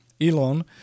Elon